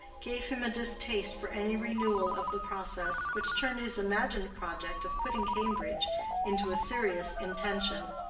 gave him a distaste for any renewal of the process, which turned his imagined project of quitting cambridge into a serious intention.